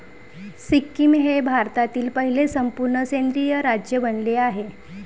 सिक्कीम हे भारतातील पहिले संपूर्ण सेंद्रिय राज्य बनले आहे